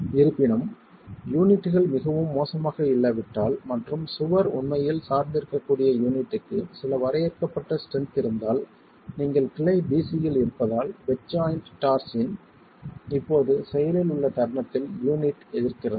இருப்பினும் யூனிட்கள் மிகவும் மோசமாக இல்லாவிட்டால் மற்றும் சுவர் உண்மையில் சார்ந்திருக்கக்கூடிய யூனிட்க்கு சில வரையறுக்கப்பட்ட ஸ்ட்ரென்த் இருந்தால் நீங்கள் கிளை b c இல் இருப்பதால் பெட் ஜாய்ண்ட் டார்ஸின் இப்போது செயலில் உள்ள தருணத்தில் யூனிட் எதிர்க்கிறது